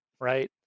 right